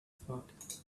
thought